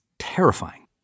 Terrifying